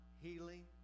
healing